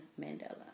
Mandela